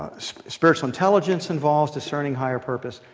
spiritual intelligence involves discerning higher purpose.